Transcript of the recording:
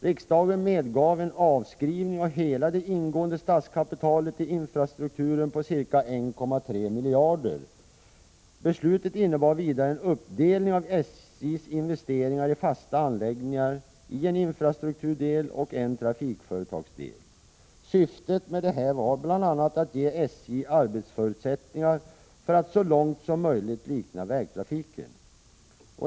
Riksdagen medgav en avskrivning av hela det ingående statskapitalet till infrastrukturen på ca 1,3 miljarder. Beslutet innebar vidare en uppdelning av SJ:s investeringar i fasta anläggningar i en infrastrukturdel och en trafikföretagsdel. Syftet var bl.a. att ge SJ arbetsförutsättningar för att så långt som möjligt likna vägtrafiken.